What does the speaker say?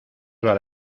vale